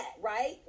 Right